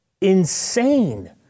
insane